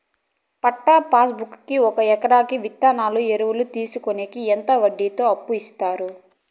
పట్టా passbook కి ఒక ఎకరాకి విత్తనాలు, ఎరువులు తీసుకొనేకి ఎంత వడ్డీతో అప్పు ఇస్తారు?